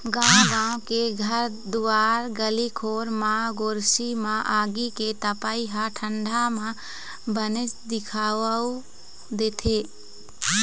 गाँव गाँव के घर दुवार गली खोर म गोरसी म आगी के तपई ह ठंडा म बनेच दिखउल देथे